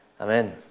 Amen